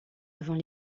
avant